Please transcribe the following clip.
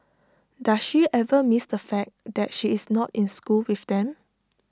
does she ever miss the fact that she is not in school with them